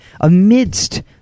amidst